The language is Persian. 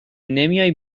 نمیای